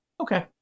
Okay